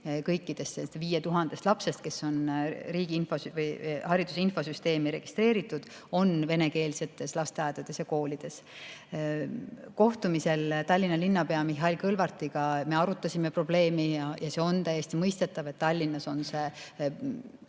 nendest 5000 lapsest, kes on hariduse infosüsteemis registreeritud, on venekeelsetes lasteaedades ja koolides. Kohtumisel Tallinna linnapea Mihhail Kõlvartiga me arutasime probleemi. See on täiesti mõistetav, et Tallinnas on